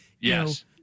yes